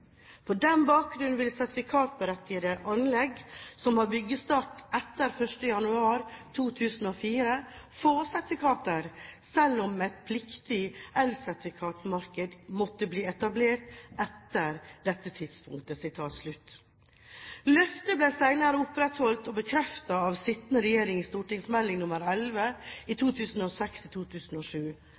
for nye anlegg. På den bakgrunn vil sertifikatberettigede anlegg som har byggestart etter 1. januar 2004 få sertifikater, selv om et pliktig elsertifikatmarked måtte bli etablert etter dette tidspunktet.» Løftet ble senere opprettholdt og bekreftet av den sittende regjering i